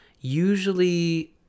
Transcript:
usually